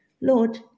Lord